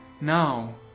Now